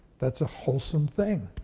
that's a wholesome thing.